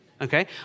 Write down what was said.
Okay